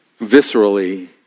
viscerally